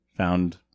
Found